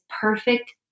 perfect